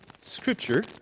scripture